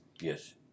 Yes